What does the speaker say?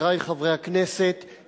חברי חברי הכנסת,